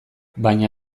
baina